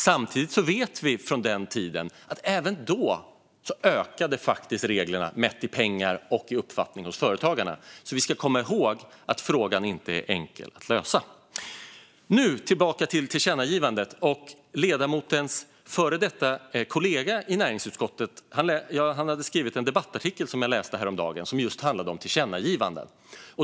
Samtidigt vet vi från den tiden att regelbördan ökade även då, mätt i pengar och i uppfattning hos företagarna, så vi ska komma ihåg att frågan inte är enkel att lösa. Jag går tillbaka till tillkännagivandet. Ledamotens före detta kollega i näringsutskottet skrev en debattartikel som jag läste häromdagen och som handlade om just tillkännagivanden.